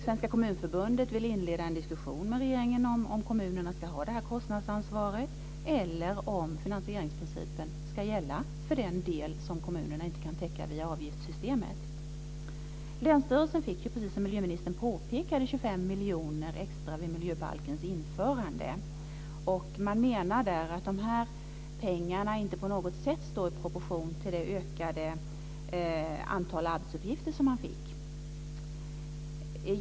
Svenska kommunförbundet vill inleda en diskussion med regeringen om kommunerna ska ha det här kostnadsansvaret eller om finansieringsprincipen ska gälla för den del som kommunerna inte kan täcka via avgiftssystemet. Länsstyrelserna fick ju, precis som miljöministern påpekade, 25 miljoner extra vid miljöbalkens införande, och man menar att de här pengarna inte på något sätt står i proportion till det ökade antalet arbetsuppgifter som man fick.